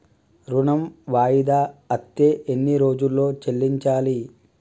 ఋణం వాయిదా అత్తే ఎన్ని రోజుల్లో చెల్లించాలి?